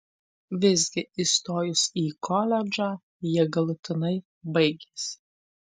visgi įstojus į koledžą jie galutinai baigėsi